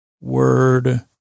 word